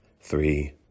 three